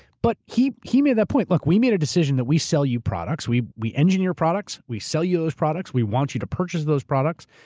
but he he made that point. look, we made a decision that we sell you products, we we engineer products, we sell you those products, we want you to purchase those products.